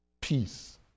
peace